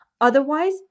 Otherwise